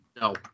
No